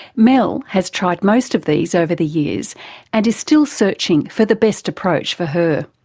mel has tried most of these over the years and is still searching for the best approach for her.